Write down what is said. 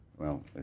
well,